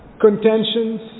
contentions